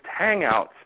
Hangouts